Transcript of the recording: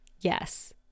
yes